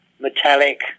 metallic